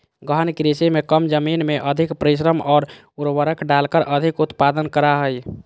गहन कृषि में कम जमीन में अधिक परिश्रम और उर्वरक डालकर अधिक उत्पादन करा हइ